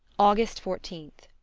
august fourteenth.